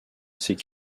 c’est